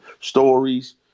stories